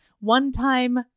one-time